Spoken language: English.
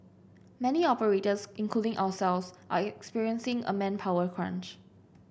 many operators including ourselves are experiencing a manpower crunch